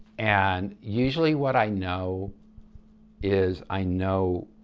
and usually what i know is i know